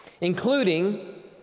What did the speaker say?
Including